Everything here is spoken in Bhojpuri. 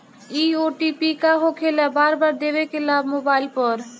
इ ओ.टी.पी का होकेला बार बार देवेला मोबाइल पर?